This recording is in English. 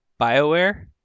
Bioware